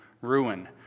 ruin